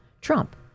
Trump